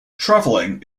traveling